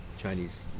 Chinese